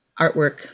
artwork